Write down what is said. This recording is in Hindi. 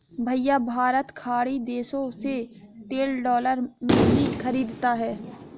भैया भारत खाड़ी देशों से तेल डॉलर में ही खरीदता है